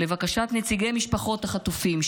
לבקשת נציגי משפחות החטופים,